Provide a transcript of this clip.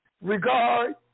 regard